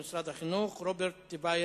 הצעות לסדר-היום מס' 865,